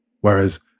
whereas